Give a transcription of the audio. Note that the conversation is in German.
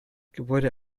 gebäude